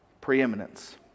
preeminence